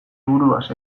buruaz